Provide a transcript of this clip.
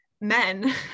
men